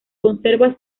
conserva